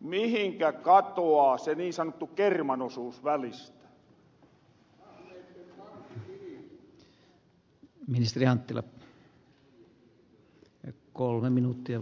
mihinkä katoaa se niin sanottu kerman osuus välistä